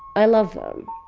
i love them.